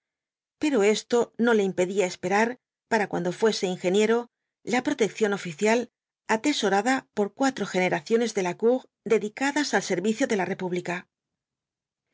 pero esto no le impedía esperar para cuando fuese ingeniero la protección oficial atesorada por cuatro generaciones de lacour dedicadas al servicio de la república